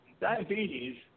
diabetes